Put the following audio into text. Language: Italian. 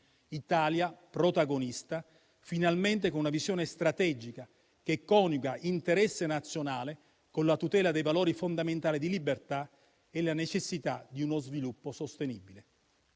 L'Italia è protagonista, finalmente, con una visione strategica, che coniuga interesse nazionale con la tutela dei valori fondamentali di libertà e la necessità di uno sviluppo sostenibile.